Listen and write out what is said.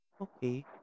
Okay